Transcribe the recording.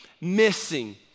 missing